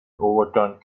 overturned